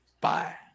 Bye